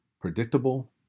predictable